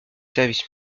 service